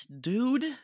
dude